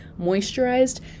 moisturized